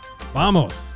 Vamos